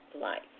life